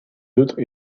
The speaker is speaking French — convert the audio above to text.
autres